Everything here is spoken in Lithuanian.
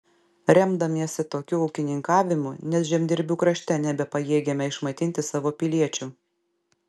remdamiesi tokiu ūkininkavimu net žemdirbių krašte nebepajėgėme išmaitinti savo piliečių